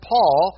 Paul